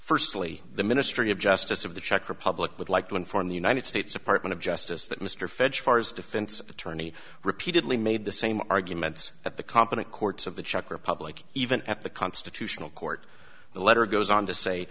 firstly the ministry of justice of the czech republic would like to inform the united states department of justice that mr fed's far as defense attorney repeatedly made the same arguments at the competent courts of the czech republic even at the constitutional court the letter goes on to say